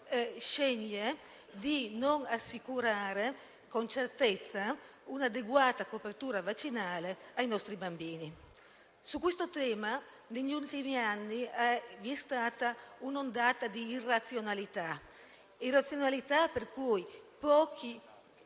sceglie di non assicurare con certezza un'adeguata copertura vaccinale ai nostri bambini. Su questo tema negli ultimi anni vi è stata un'ondata di irrazionalità, per cui pochi